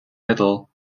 middle